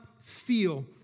feel